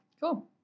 Cool